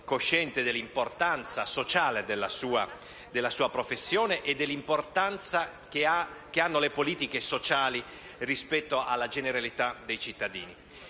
cosciente dell'importanza sociale della sua professione e dell'importanza che hanno le politiche sociali rispetto alla generalità dei cittadini.